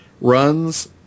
runs